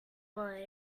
but